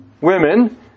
Women